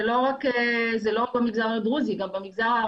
זה לא רק במגזר הדרוזי, זה גם במגזר הערבי.